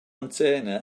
container